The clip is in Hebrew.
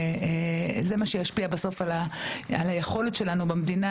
זה מה שישפיע בסוף על היכולת שלנו במדינה